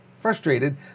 frustrated